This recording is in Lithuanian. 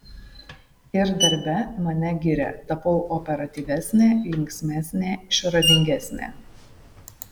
ir darbe mane giria tapau operatyvesnė linksmesnė išradingesnė